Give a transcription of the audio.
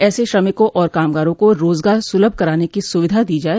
ऐसे श्रमिकों और कामगारों को रोजगार सुलभ कराने की सुविधा दी जाये